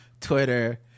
Twitter